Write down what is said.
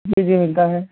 जी जी मिलता है